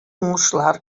уңышлар